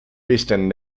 visten